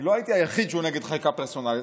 לא הייתי היחיד שהוא נגד חקיקה פרסונלית,